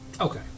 Okay